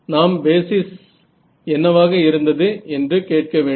நாம் பேசிஸ் என்னவாக இருந்தது என்று கேட்க வேண்டும்